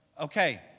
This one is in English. okay